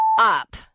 up